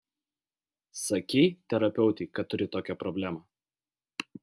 sakei terapeutei kad turi tokią problemą